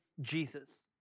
Jesus